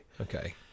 Okay